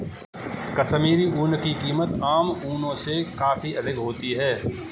कश्मीरी ऊन की कीमत आम ऊनों से काफी अधिक होती है